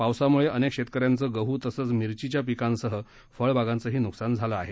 पावसामुळे अनेक शेतकऱ्यांचा गह् तसंच मिरचीच्या पीकांसह फळबागांचंही न्कसान झालं आहे